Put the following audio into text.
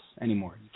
anymore